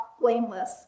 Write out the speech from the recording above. blameless